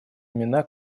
имена